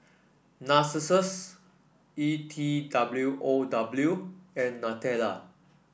Narcissus E T W O W and Nutella